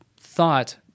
thought